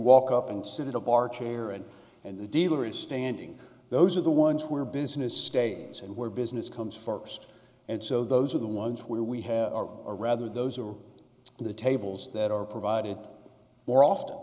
walk up and sit at a bar chair and and the dealer is standing those are the ones where business stays and where business comes first and so those are the ones where we have a rather those are the tables that are provided more often